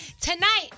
Tonight